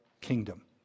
kingdom